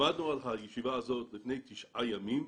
למדנו על הישיבה הזאת לפני תשעה ימים.